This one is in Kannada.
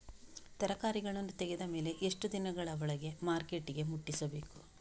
ತರಕಾರಿಗಳನ್ನು ತೆಗೆದ ಮೇಲೆ ಎಷ್ಟು ದಿನಗಳ ಒಳಗೆ ಮಾರ್ಕೆಟಿಗೆ ಮುಟ್ಟಿಸಬೇಕು?